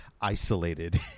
isolated